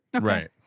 Right